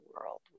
world